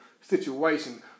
situation